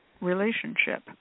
relationship